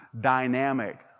dynamic